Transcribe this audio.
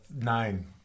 nine